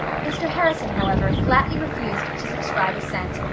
mr. harrison, however, flatly refused to subscribe a cent,